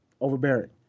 overbearing